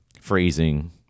phrasing